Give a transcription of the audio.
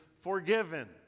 forgiven